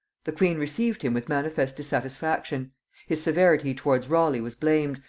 the queen received him with manifest dissatisfaction his severity towards raleigh was blamed,